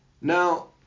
Now